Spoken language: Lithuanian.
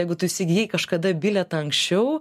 jeigu tu įsigijai kažkada bilietą anksčiau